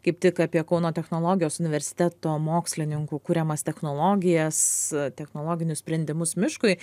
kaip tik apie kauno technologijos universiteto mokslininkų kuriamas technologijas technologinius sprendimus miškui